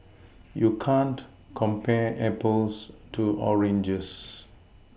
you can't compare Apples to oranges